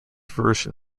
version